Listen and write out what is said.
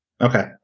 Okay